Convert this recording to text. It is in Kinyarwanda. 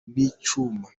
n’icyuma